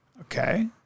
Okay